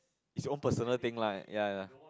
is your own personal thing lah ya